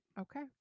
Okay